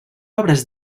obres